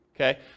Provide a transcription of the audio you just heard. okay